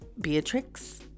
Beatrix